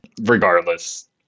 regardless